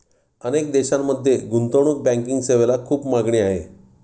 अनेक देशांमध्ये गुंतवणूक बँकिंग सेवेला खूप मागणी आहे